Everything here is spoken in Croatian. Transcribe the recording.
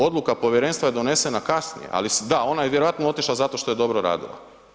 Odluka Povjerenstva je donesena kasnije, ali da ona je vjerojatno otišla zato što je dobro radila.